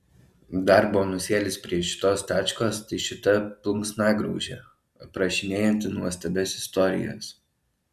dar bonusėlis prie šitos tačkos tai šita plunksnagraužė aprašinėjanti nuostabias istorijas